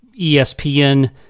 ESPN